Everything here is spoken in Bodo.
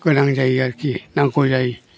गोनां जायो आरोखि नांगौ जायो